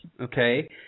okay